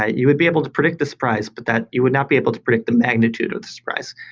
ah you would be able to predict the surprise, but that you would not be able to predict the magnitude of the surprise.